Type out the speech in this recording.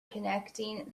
connecting